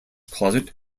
closet